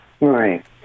Right